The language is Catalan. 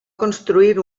construir